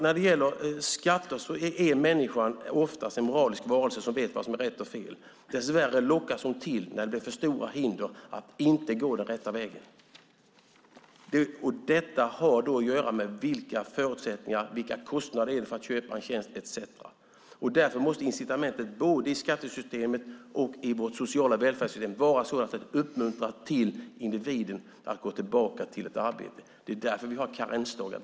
När det gäller skatter är människan oftast en moralisk varelse som vet vad som är rätt och fel. Dess värre lockas hon till när det råder för stora hinder att inte gå den rätta vägen. Detta har att göra med vilka förutsättningar och kostnader det finns för att köpa en tjänst. Därför måste incitamentet både i skattesystemet och i vårt sociala välfärdssystem vara sådant att det uppmuntrar individen att gå tillbaka till ett arbete. Det är därför vi har karensdagar.